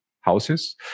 houses